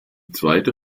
zweite